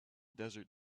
desert